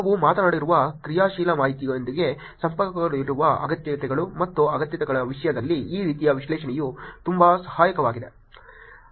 ನಾವು ಮಾತನಾಡಿರುವ ಕ್ರಿಯಾಶೀಲ ಮಾಹಿತಿಯೊಂದಿಗೆ ಸಂಪರ್ಕಗೊಂಡಿರುವ ಅಗತ್ಯತೆಗಳು ಮತ್ತು ಅಗತ್ಯಗಳ ವಿಷಯದಲ್ಲಿ ಈ ರೀತಿಯ ವಿಶ್ಲೇಷಣೆಯು ತುಂಬಾ ಸಹಾಯಕವಾಗಿದೆ